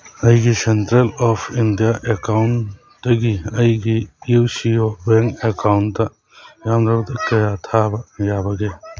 ꯑꯩꯒꯤ central of India ꯑꯦꯀꯥꯎꯟꯗꯒꯤ ꯑꯩꯒꯤ U C O bank account ꯌꯥꯝꯗ꯭ꯔꯕꯗ ꯀꯌꯥ ꯊꯥꯕ ꯌꯥꯕꯒꯦ